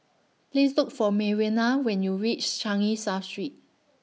Please Look For Marianna when YOU REACH Changi South Street